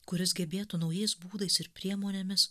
kuris gebėtų naujais būdais ir priemonėmis